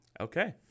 Okay